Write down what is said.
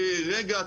'רגע,